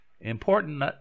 important